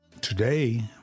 Today